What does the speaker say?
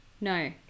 no